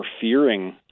fearing